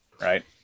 right